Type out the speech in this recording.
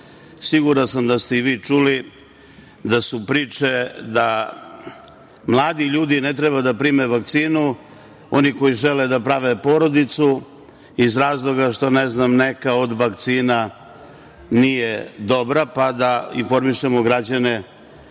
Siguran sam da ste i vi čuli da su priče da mladi ljudi ne treba da prime vakcinu, oni koji žele da prave porodicu iz razloga što ne znam neka od vakcina nije dobra pa da informišemo građane